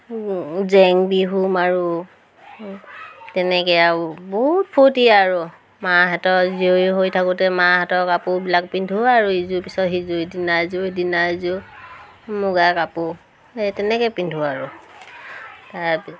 জেং বিহু মাৰোঁ তেনেকৈ আৰু বহুত ফূৰ্তি আৰু মাহঁতৰ জীয়ৰী হৈ থাকোঁতে মাহঁতৰ কাপোৰবিলাক পিন্ধোঁ আৰু ইযোৰ পিছত সিযোৰ ইদিনা ইযোৰ সিদিনা ইযোৰ মুগা কাপোৰ এই তেনেকৈ পিন্ধোঁ আৰু তাৰপি